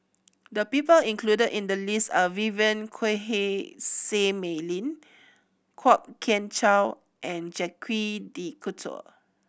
the people included in the list are Vivien Quahe Seah Mei Lin Kwok Kian Chow and Jacques De Coutre